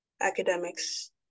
academics